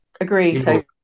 Agreed